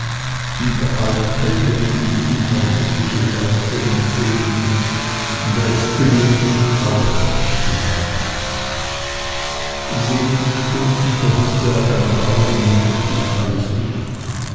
überall kältet ihm die unerbittliche feuchte entgegen und er ist genötigt aufrecht zu bleiben in wenigen stunden verhüllte auch ein graues nebeltuch alles licht